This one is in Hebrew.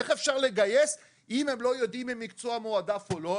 איך אפשר לגייס אם הם לא יודעים אם מקצוע מועדף או לא,